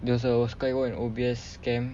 there was a sky walk in O_B_S camp